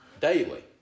Daily